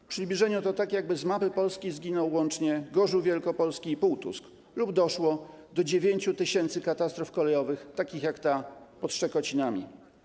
W przybliżeniu to tak, jakby z mapy Polski zginęły łącznie Gorzów Wielkopolski i Pułtusk lub doszło do 9 tys. katastrof kolejowych takich jak ta pod Szczekocinami.